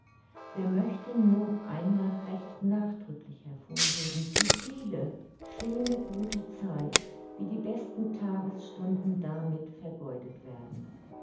wir möchten nur einmal recht nachdrücklich hervorheben wie viele schöne gute zeit wie die besten tagesstunden damit vergeudet werden